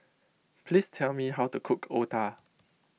please tell me how to cook Otah